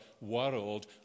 world